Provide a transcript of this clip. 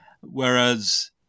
Whereas